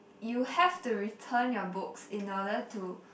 you have to return your books in order to